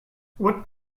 what